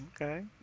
okay